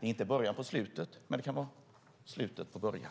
inte är början på slutet, men det kan vara slutet på början.